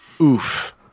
Oof